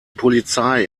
polizei